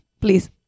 please